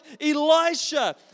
Elisha